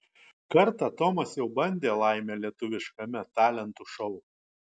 kartą tomas jau bandė laimę lietuviškame talentų šou